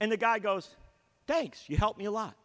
and the guy goes thanks you help me a lot